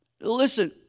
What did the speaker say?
listen